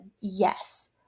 yes